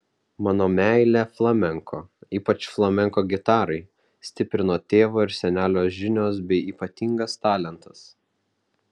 mano meilę flamenko ypač flamenko gitarai stiprino tėvo ir senelio žinios bei ypatingas talentas